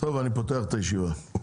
אני פותח את הישיבה.